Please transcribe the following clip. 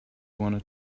wanted